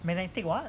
magnetic what